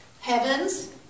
Heavens